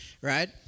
right